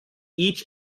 each